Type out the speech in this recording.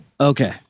Okay